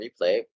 replay